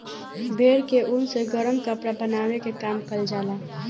भेड़ के ऊन से गरम कपड़ा बनावे के काम कईल जाला